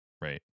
Right